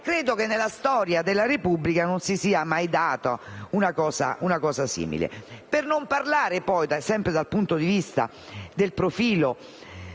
Credo che nella storia della Repubblica non si sia mai verificata una cosa simile. Non parliamo poi - sempre dal punto di vista della